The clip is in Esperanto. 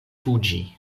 fuĝi